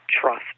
trust